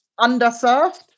underserved